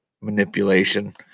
manipulation